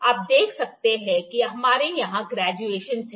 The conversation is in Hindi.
आप देख सकते हैं कि हमारे यहां ग्रेजुएशनस हैं